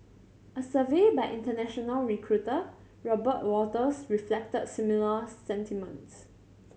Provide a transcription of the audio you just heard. a survey by international recruiter Robert Walters reflected similar sentiments